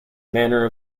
manner